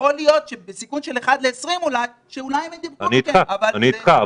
יכול להיות שבסיכון של 1:20 אולי הם ידבקו מכם אבל --- אני אתך,